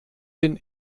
den